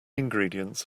ingredients